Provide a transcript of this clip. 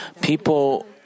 People